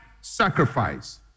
sacrifice